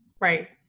Right